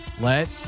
let